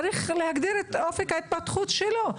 צריך להגדיר את אופק ההתפתחות שלו.